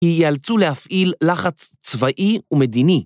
יאלצו להפעיל לחץ צבאי ומדיני.